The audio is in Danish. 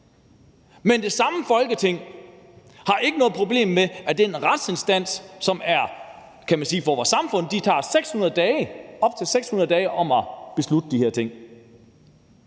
Men det samme Folketing har ikke noget problem med, at den retsinstans, som er, kan man sige, til for vores samfund, er op til 600 dage om at beslutte de her ting.